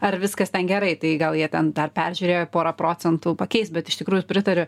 ar viskas ten gerai tai gal jie ten dar peržiūrėjo pora procentų pakeis bet iš tikrųjų pritariu